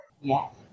Yes